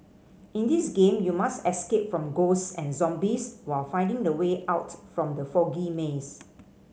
in this game you must escape from ghosts and zombies while finding the way out from the foggy maze